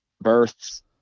births